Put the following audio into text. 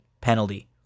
penalty